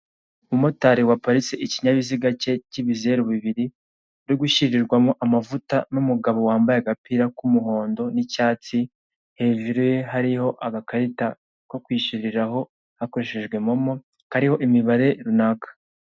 Umumotari waparitse ikinyabiziga cye cyibizeru bibiri, uri gushyirirwamo amavuta n'umugabo wambaye agapira k'umuhondo n'icyatsi, hejuru ye hariyo agakarita ko kwishyiriraho hakoreshejwe Momo, kariho imibare runaka.